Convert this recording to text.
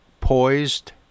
poised